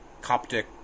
Coptic